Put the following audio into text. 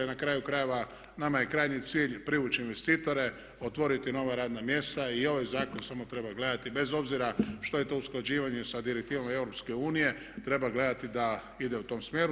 Na kraju krajeva nama je krajnji cilj privući investitore, otvoriti nova radna mjesta i ovaj zakon samo treba gledati bez obzira što je to usklađivanje sa direktivom EU, treba gledati da ide u tom smjeru.